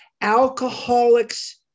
alcoholics